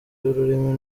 y’ururimi